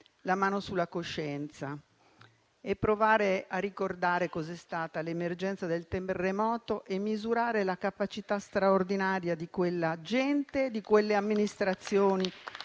una mano sulla coscienza, provare a ricordare cosa è stata l'emergenza del terremoto e misurare la capacità straordinaria di quella gente e di quelle amministrazioni